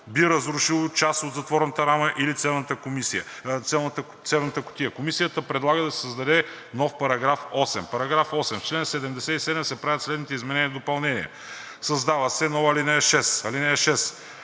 би разрушило част от затворната рама или цевната кутия.“ Комисията предлага да се създаде нов § 8: „§ 8. В чл. 77 се правят следните изменения и допълнения: 1. Създава се нова ал. 6: